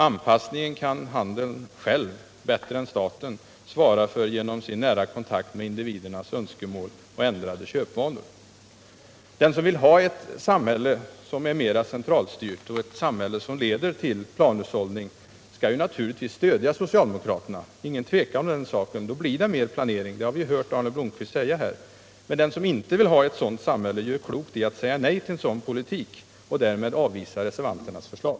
Anpassningen kan handeln själv bättre än staten svara för genom sin nära kontakt med individernas önskemål och ändrade köpvanor. Den som vill ha ett samhälle som är mer centralstyrt och leder till planhushållning skall naturligtvis stödja socialdemokraterna. Det råder ingen tvekan om den saken. Då blir det mer planering. Det har vi hört Arne Blomkvist säga här. Men den som inte vill ha ett sådant samhälle gör klokt i att säga nej till en sådan politik och därmed avvisa reservanternas förslag.